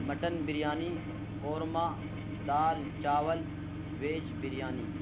mutton biryani korma دال چاول veg biryani